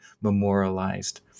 memorialized